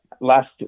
last